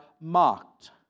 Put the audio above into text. mocked